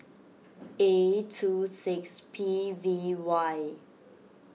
A two six P V Y